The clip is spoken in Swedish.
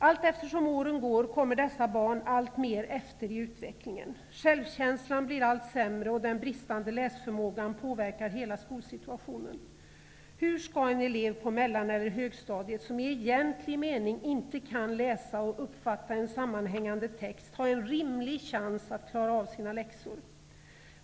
Allteftersom åren går, kommer dessa barn alltmer efter i utvecklingen. Självkänslan blir allt sämre, och den bristande läsförmågan påverkar hela skolsituationen. Hur skall en elev på mellan eller högstadiet, som i egentlig mening inte kan läsa och uppfatta en sammanhängande text, ha en rimlig chans att klara av sina läxor?